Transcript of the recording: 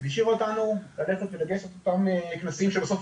והשאירה אותנו לגייס את אותם כנסים שבסוף